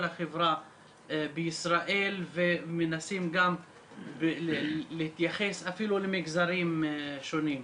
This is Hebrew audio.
החברה בישראל ומנסים גם להתייחס אפילו למגזרים שונים.